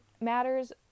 matters